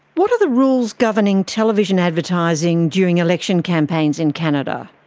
what are the rules governing television advertising during election campaigns in canada?